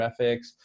graphics